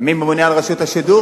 מי ממונה על רשות השידור?